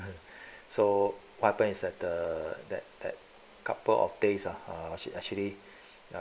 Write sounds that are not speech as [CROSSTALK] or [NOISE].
[LAUGHS] so what happened is that the that that couple of days err she actually